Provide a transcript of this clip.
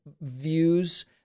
views